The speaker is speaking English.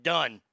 Done